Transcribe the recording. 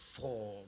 form